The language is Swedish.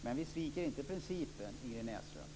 Men vi sviker inte principen, Ingrid Näslund.